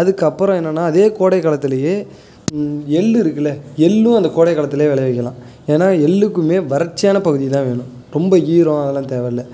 அதுக்கப்புறம் என்னன்னால் அதே கோடைக் காலத்திலேயே எள்ளு இருக்கில்ல எள்ளும் அந்த கோடைக் காலத்தில் விளைவிக்கலாம் ஏன்னால் எள்ளுக்குமே வறட்சியான பகுதி தான் வேணும் ரொம்ப ஈரம் அதலாம் தேவைல்ல